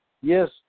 Yes